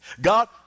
God